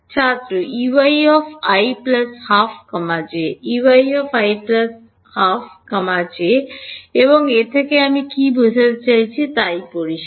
ছাত্র Eyi 12 j Ey i 12 j এবং এ থেকে আমি কী বোঝাতে চাইছি তা পরিষ্কার